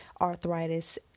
arthritis